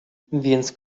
więc